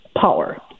power